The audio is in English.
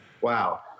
Wow